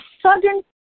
sudden